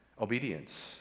Obedience